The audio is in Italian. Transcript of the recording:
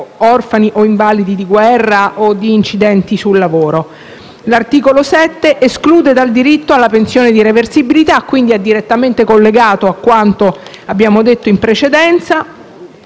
orfani per vittime di incidenti sul lavoro. L'articolo 7 esclude dal diritto alla pensione di reversibilità, quindi è direttamente collegato a quanto abbiamo detto in precedenza.